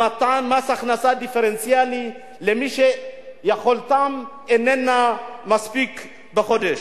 במתן מס הכנסה דיפרנציאלי למי שיכולתם איננה מספיק בחודש.